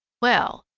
well,